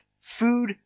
food